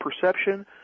perception